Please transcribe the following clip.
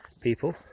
people